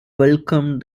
welcomed